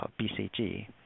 BCG